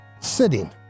sitting